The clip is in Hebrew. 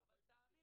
למיטב הבנתי